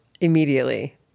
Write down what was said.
immediately